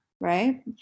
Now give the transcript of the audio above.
right